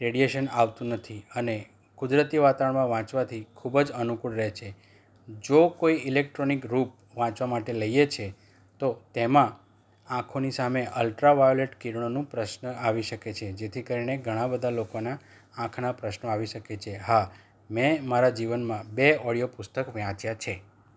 radiation આવતું નથી અને કુદરતી વાતાવરણમાં વાંચવાથી ખૂબ જ અનુકૂળ રહે છે જો કોઈ ઇલેક્ટ્રોનિક બુક વાંચવા માટે લઈએ છે તો તેમાં આંખોની સામે અલ્ટ્રા વાયોલેટ કિરણોનું પ્રશ્ન આવી શકે છે જેથી કરીને ઘણા બધા લોકોના આંખના પ્રશ્નો આવી શકે છે હા મેં મારા જીવનમાં બે ઓડિયો પુસ્તક વાંચ્યા છે